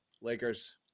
Lakers